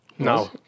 No